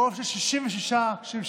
ברוב של 67 תומכים,